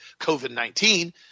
COVID-19